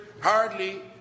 hardly